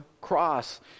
cross